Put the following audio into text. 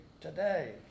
today